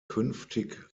künftig